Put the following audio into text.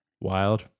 wild